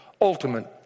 Ultimate